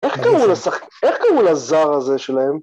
‫איך קראו לזר הזה שלהם?